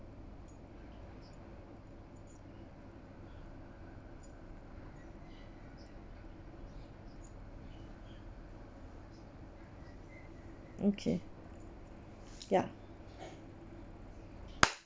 okay ya